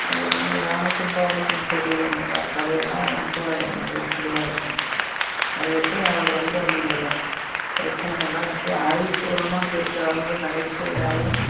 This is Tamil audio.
அதில் அந்த யானைக்கும் பானைக்கும் சரி அந்த பா கதை எல்லாம் ரொம்ப நகைச்சுவையாக இருக்கும் அது எப்படி அவர் வந்து அந்த பிரச்சனையெல்லாம் எப்படி அறிவுப்பூர்வமாக தீர்க்காருங்கறது நகைச்சுவையாயும்